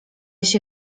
się